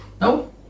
No